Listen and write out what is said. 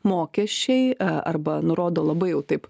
mokesčiai arba nurodo labai jau taip